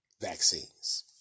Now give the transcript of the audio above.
vaccines